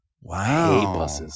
Wow